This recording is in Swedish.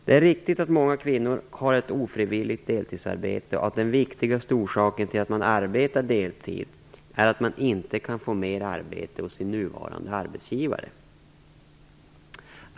Det är riktigt att många kvinnor har ett ofrivilligt deltidsarbete och att den viktigaste orsaken till att man arbetar deltid är att man inte kan få mer arbete hos sin nuvarande arbetsgivare.